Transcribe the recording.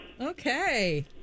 Okay